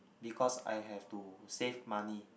because I have to save money